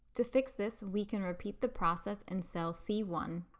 to fix this, we can repeat the process in cell c one.